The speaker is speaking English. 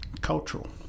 cultural